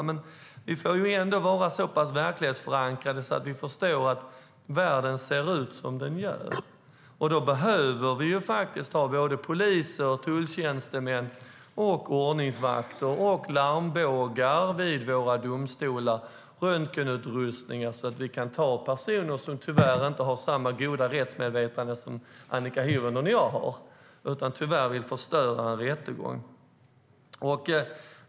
Men vi måste vara så pass verklighetsförankrade att vi förstår att världen ser ut som den gör, och då behöver vi faktiskt ha poliser, tulltjänstemän, ordningsvakter, larmbågar vid våra domstolar och röntgenutrustning så att vi kan ta personer som tyvärr inte har samma goda rättsmedvetande som Annika Hirvonen och jag har utan vill förstöra en rättegång.